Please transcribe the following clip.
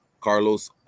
Carlos